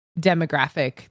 demographic